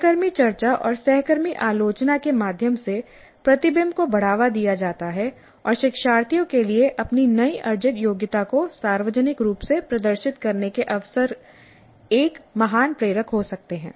सहकर्मी चर्चा और सहकर्मी आलोचना के माध्यम से प्रतिबिंब को बढ़ावा दिया जाता है और शिक्षार्थियों के लिए अपनी नई अर्जित योग्यता को सार्वजनिक रूप से प्रदर्शित करने के अवसर एक महान प्रेरक हो सकते हैं